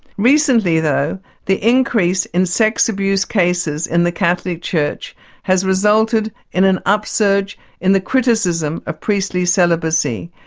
recently though the increase in sex abuse cases in the catholic church has resulted in an upsurge in the criticism of priestly celibacy,